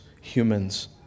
humans